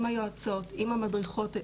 עם היועצות, עם המדריכות.